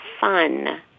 fun